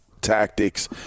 tactics